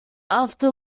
after